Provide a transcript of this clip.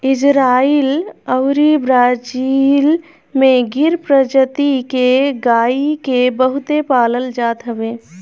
Israel अउरी Brazil में गिर प्रजति के गाई के बहुते पालल जात हवे